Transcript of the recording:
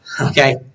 Okay